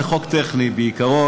זה חוק טכני, בעיקרון.